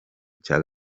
cya